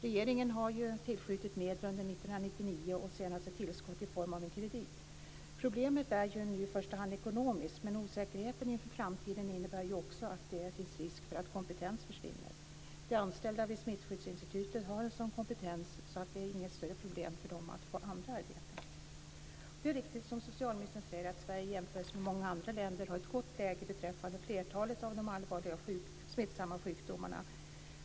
Regeringen har ju tillskjutit medel under 1999, och det senaste tillskottet var i form av en kredit. Problemet är ju nu i första hand ekonomiskt. Men osäkerheten inför framtiden innebär ju också att det finns risk att kompetens försvinner. De anställda vid Smittskyddsinstitutet har en sådan kompetens att det inte är något större problem för dem att få andra arbeten. Det är riktigt som socialministern säger att Sverige i jämförelse med många andra länder har ett gott läge beträffande flertalet av de allvarliga smittsamma sjukdomarna.